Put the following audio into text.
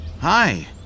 Hi